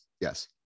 yes